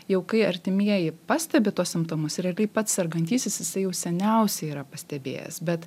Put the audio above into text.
jau kai artimieji pastebi tuos simptomus realiai pats sergantysis jisai jau seniausiai yra pastebėjęs bet